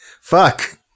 fuck